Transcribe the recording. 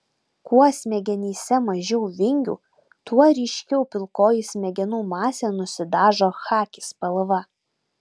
kuo smegenyse mažiau vingių tuo ryškiau pilkoji smegenų masė nusidažo chaki spalva